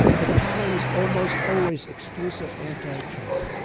the panel is almost always exclusive anti-trump.